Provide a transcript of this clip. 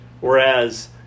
Whereas